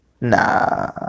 nah